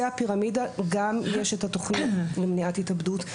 הפירמידה יש גם את התוכנית למניעת התאבדות.